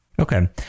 Okay